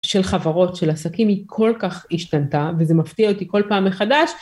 של חברות של עסקים היא כל כך השתנתה וזה מפתיע אותי כל פעם מחדש.